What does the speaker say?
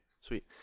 Sweet